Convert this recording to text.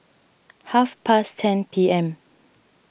half past ten P M